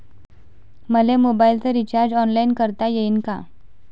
मले मोबाईलच recharge online करता येईन का?